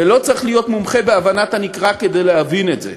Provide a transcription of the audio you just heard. ולא צריך להיות מומחה בהבנת הנקרא כדי להבין את זה,